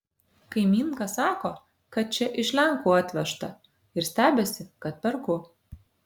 kaimynka sako kad čia iš lenkų atvežta ir stebisi kad perku